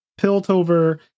piltover